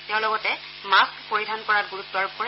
তেওঁ লগতে মাস্থ পৰিধান কৰাত গুৰুত্ব আৰোপ কৰে